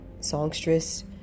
Songstress